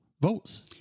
votes